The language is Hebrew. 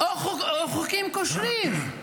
-- או חוקים כושלים.